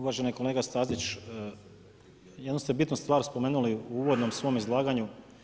Uvaženi kolega Stazić, jednu ste bitnu stvar spomenuli u uvodnom svom izlaganju.